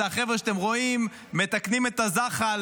אלה החבר'ה שאתם רואים מתקנים את הזחל